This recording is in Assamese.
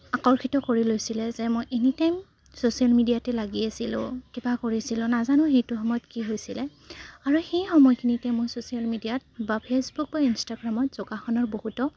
আকৰ্ষিত কৰি লৈছিলে যে মই এনি টাইম ছ'চিয়েল মিডিয়াতে লাগি আছিলোঁ কিবা কৰিছিলোঁ নাজানো সেইটো সময়ত কি হৈছিলে আৰু সেই সময়খিনিতে মই ছ'চিয়েল মিডিয়াত বা ফে'চবুক বা ইনষ্টাগ্ৰামত যোগাসনৰ বহুতো